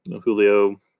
Julio